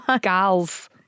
Gals